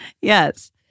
Yes